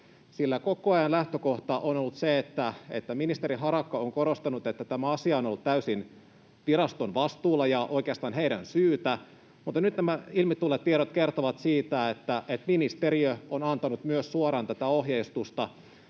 koko ajan lähtökohta on ollut se, että ministeri Harakka on korostanut, että tämä asia on ollut täysin viraston vastuulla ja oikeastaan heidän syytään, mutta nyt nämä ilmi tulleet tiedot kertovat siitä, että myös ministeriö on antanut suoraan tätä ohjeistusta.